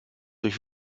durch